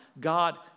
god